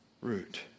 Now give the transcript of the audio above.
root